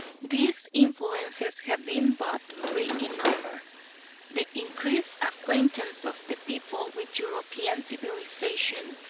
these influences have been but three in number the increased acquaintance of the people with european civilisation,